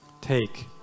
Take